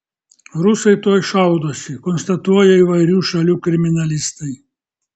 rusai tuoj šaudosi konstatuoja įvairių šalių kriminalistai